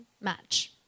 match